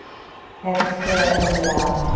exhale, empty it out.